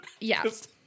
Yes